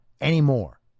anymore